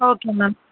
okay ma'am